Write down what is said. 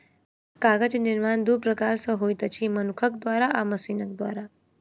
कागज निर्माण दू प्रकार सॅ होइत अछि, मनुखक द्वारा आ मशीनक द्वारा